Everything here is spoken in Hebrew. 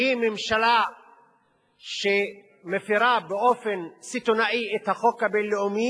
היא ממשלה שמפירה באופן סיטוני את החוק הבין-לאומי,